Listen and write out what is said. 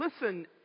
listen